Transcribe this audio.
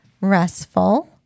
restful